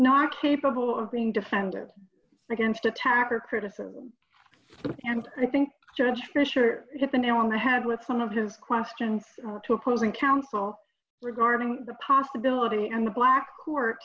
not capable of being defended against attack or criticism and i think judge richard hit the nail on the head with some of his questions two opposing counsel regarding the possibility and the black court